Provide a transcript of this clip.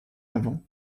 avant